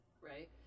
right